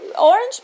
orange